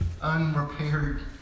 unrepaired